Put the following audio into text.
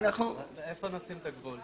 איפה נשים את הגבול?